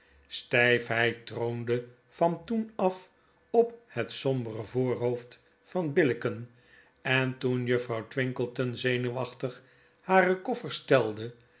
sttjfheid troonde van toen af op het sombere voorhoofd van billicken en toen juffrouw twinkleton zenuwachtig hare koffers telde